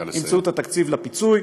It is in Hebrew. ימצאו את התקציב לפיצוי,